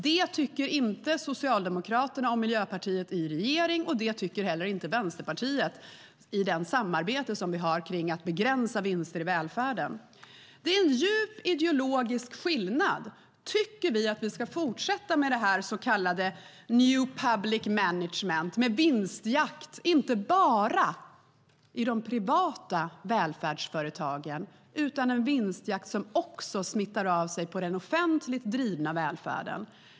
Det tycker inte Socialdemokraterna och Miljöpartiet i regering, och det tycker inte heller Vänsterpartiet i det samarbete vi har för att begränsa vinster i välfärden. Det är en djup ideologisk skillnad. Tycker vi att vi ska fortsätta med detta så kallade new public management med vinstjakt inte bara i de privata välfärdsföretagen utan en vinstjakt som också smittar av sig på den offentligt drivna välfärden?